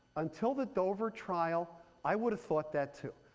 until the dover trial, i would've thought that, too.